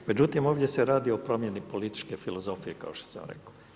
Međutim, ovdje se radi o promjeni političke filozofije kao što sam rekao.